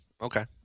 Okay